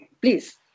please